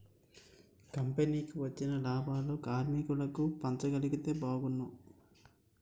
కంపెనీకి వచ్చిన లాభాలను కార్మికులకు పంచగలిగితే బాగున్ను